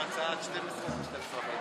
חוק הבחירות לכנסת העשרים-וארבע